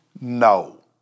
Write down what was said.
no